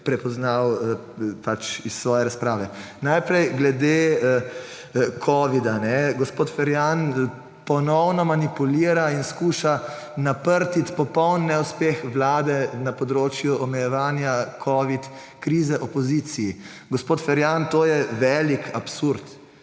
prepoznal, pač iz svoje razprave. Najprej glede covida. Gospod Ferjan ponovno manipulira in skuša naprtiti popoln neuspeh vlade na področju omejevanja covid krize opoziciji. Gospod Ferjan, to je velik absurd,